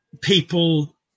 people